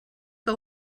que